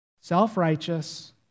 Self-righteous